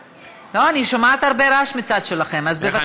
לא, אני שומעת הרבה רעש מהצד שלכם, אז בבקשה.